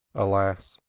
alas!